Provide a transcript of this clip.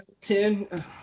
ten